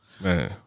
Man